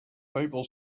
people